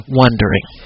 wondering